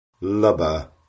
Lubber